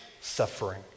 suffering